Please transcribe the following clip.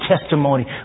testimony